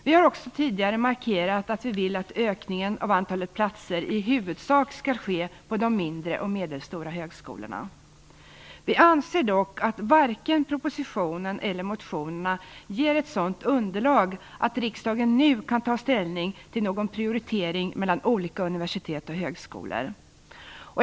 Vi har också tidigare markerat att vi vill att ökningen av antalet platser i huvudsak skall ske på de mindre och medelstora högskolorna. Vi anser dock att varken propositionen eller motionerna ger ett sådant underlag att riksdagen nu kan ta ställning till någon prioritering mellan olika universitet och högskolor.